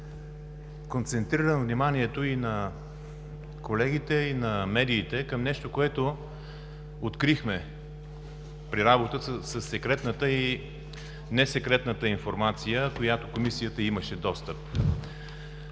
концентрирам вниманието и на колегите, и на медиите към нещо, което открихме при работата със секретната и несекретната информация, до която Комисията имаше достъп.